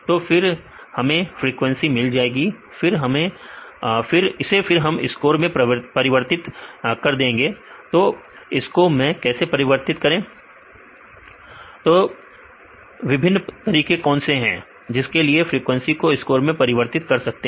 तो फिर हमें फ्रीक्वेंसी मिल जाएगी फिर इसे हम स्कोर में परिवर्तित कर देंगे तो इसको में कैसे परिवर्तित करें तो वह विभिन्न तरीके कौन से हैं जिससे कि फ्रीक्वेंसी को स्कोर में परिवर्तित कर सकते हैं